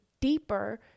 deeper